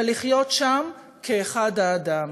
ולחיות שם כאחד האדם.